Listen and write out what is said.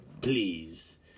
please